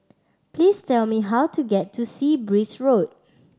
please tell me how to get to Sea Breeze Road